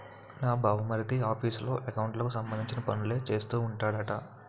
నా బావమరిది ఆఫీసులో ఎకౌంట్లకు సంబంధించిన పనులే చేస్తూ ఉంటాడట